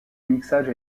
mixage